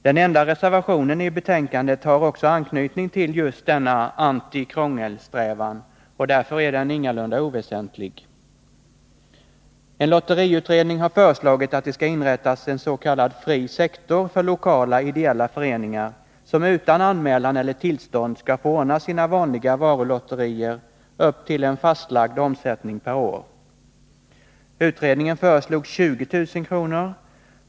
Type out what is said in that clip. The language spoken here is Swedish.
Den enda reservationen i betänkandet har anknytning till just denna anti-krångelsträvan, och därför är den ingalunda oväsentlig. Enlotteriutredning har föreslagit att det skall inrättas en s.k. fri sektor för lokala ideella föreningar, som utan anmälan eller tillstånd skall få ordna sina vanliga varulotterier upp till en fastlagd omsättning per år. Utredningen föreslog beloppet 20 000 kr.